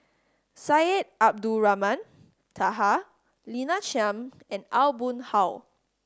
Syed Abdulrahman Taha Lina Chiam and Aw Boon Haw